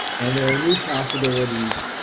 and there are new possibilities.